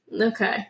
Okay